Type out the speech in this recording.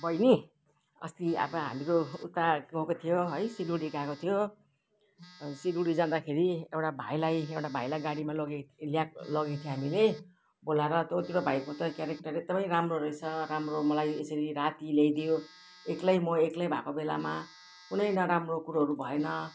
बहिनी अस्ति अब हामीहरू उता गएको थियो है सिलगढी गएको थियो अनि सिलगढी जाँदाखेरि एउटा भाइलाई एउटा भाइलाई गाडीमा लगेको ल्या लगेको थियो हामीले बोलाएर तो तिम्रो भाइको त क्यारेक्टर एकदमै राम्रो रहेछ राम्रो मलाई यसरी राति ल्याइदियो एक्लै म एक्लै भएको बेलामा कुनै नराम्रो कुरोहरू भएन